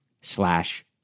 slash